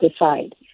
decide